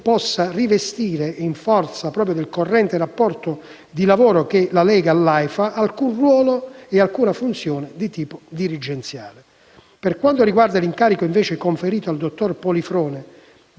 possa rivestire, in forza del corrente rapporto di lavoro che la lega all'Aifa, alcun ruolo o funzione di tipo dirigenziale. Per quanto riguarda l'incarico conferito al dottor Polifrone